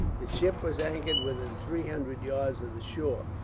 the ship was anchored within three hundred yards of the shore,